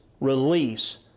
release